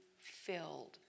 filled